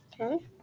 Okay